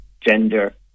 gender